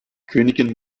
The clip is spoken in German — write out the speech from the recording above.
königin